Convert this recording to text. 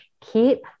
keep